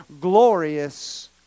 glorious